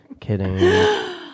Kidding